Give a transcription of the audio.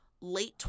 late